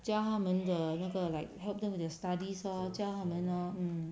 教他们的那个 like help them with their studies lor 教他们 lor mm